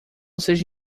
seja